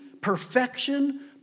perfection